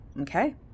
Okay